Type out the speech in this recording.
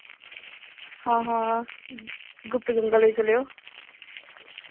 हां हां गुप्त गंगा लेई चलेओ